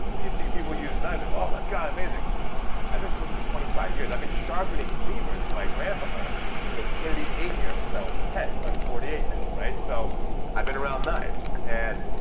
and you see people use knives whoa my god, amazing i've been cooking for twenty five years. i've been sharpening cleavers with my grandfather for thirty eight years, since i was ten. so i'm forty eight now. so i've been around knives. and